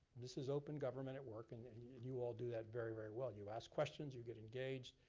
this is open government at work and and and you all do that very, very well. you ask questions, you get engaged,